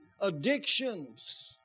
addictions